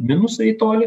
minusą į tolį